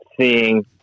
Seeing